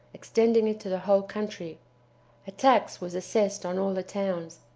extending it to the whole country a tax was assessed on all the towns,